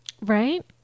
Right